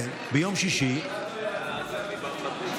כבוד השר אמסלם,